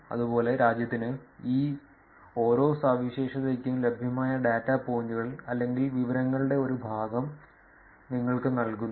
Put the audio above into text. അതുപോലെ രാജ്യത്തിന് ഈ ഓരോ സവിശേഷതയ്ക്കും ലഭ്യമായ ഡാറ്റ പോയിന്റുകൾ അല്ലെങ്കിൽ വിവരങ്ങളുടെ ഒരു ഭാഗം നിങ്ങൾക്ക് നൽകുന്നു